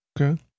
Okay